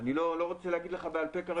לא רוצה להגיד לך בעל פה כרגע.